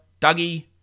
Dougie